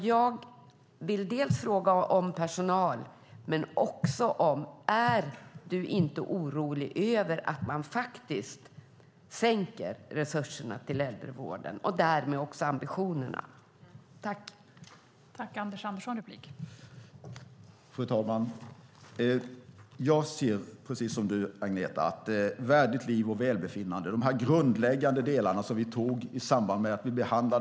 Jag vill alltså fråga dels om personalen, dels om du inte är orolig över att man minskar resurserna till äldrevården och därmed också ambitionerna, Anders Andersson.